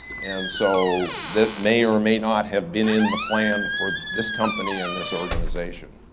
and so that may or may not have been in the plan for this company and this organization.